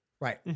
Right